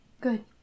Good